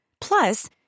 Plus